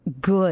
good